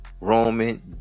Roman